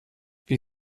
wie